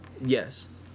Yes